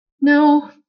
No